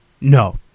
no